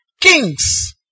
Kings